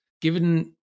given